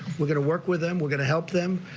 we're going to work with them. we're going to help them.